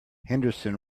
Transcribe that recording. henderson